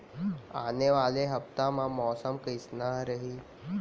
आने वाला हफ्ता मा मौसम कइसना रही?